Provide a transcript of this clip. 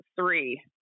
three